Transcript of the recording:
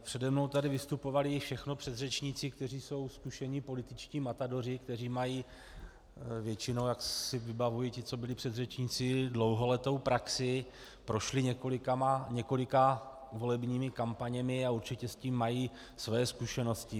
Přede mnou tady vystupovali všechno předřečníci, kteří jsou zkušení političtí matadoři, kteří mají většinou, jak si vybavuji ty, co byli předřečníci, dlouholetou praxi, prošli několika volebními kampaněmi a určitě s tím mají své zkušenosti.